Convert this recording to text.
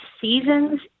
seasons